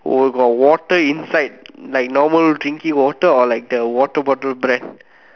oh got water inside like normal drinking water or like the water bottle brand